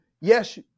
Yes